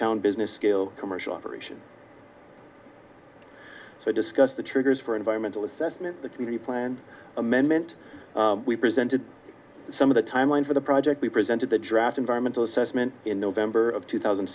town business skill commercial operation so discuss the triggers for environmental assessment the committee plan amendment we presented some of the timelines for the project we presented the draft environmental assessment in november of two thousand